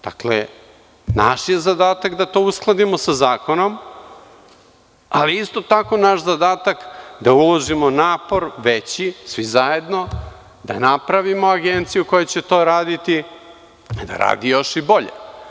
Dakle, naš je zadatak da to uskladimo sa zakonom, ali isto tako naš zadatak je i da uložimo napor veći svi zajedno da napravimo agenciju koja će to raditi da radi još i bolje.